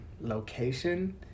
location